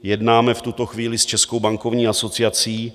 Jednáme v tuto chvíli s Českou bankovní asociací.